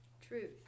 Truth